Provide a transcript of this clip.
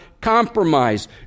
compromise